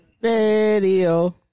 Video